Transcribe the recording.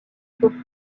sont